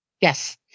Yes